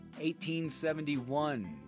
1871